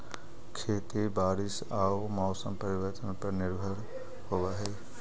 खेती बारिश आऊ मौसम परिवर्तन पर निर्भर होव हई